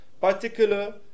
particular